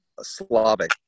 Slavic